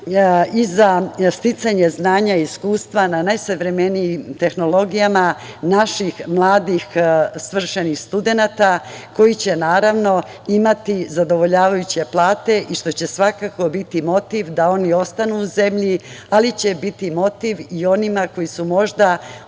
i za sticanje znanja i iskustva na najsavremenijim tehnologijama naših mladih svršenih studenata, koji će imati zadovoljavajuće plate i što će svakako biti motiv da oni ostanu u zemlji, ali će biti motiv i onima koji su možda